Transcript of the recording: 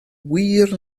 wir